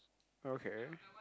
okay